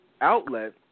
outlet